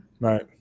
Right